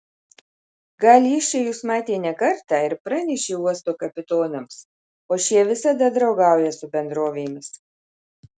gal jis čia jus matė ne kartą ir pranešė uosto kapitonams o šie visada draugauja su bendrovėmis